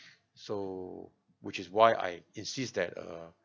so which is why I insist that uh